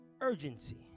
urgency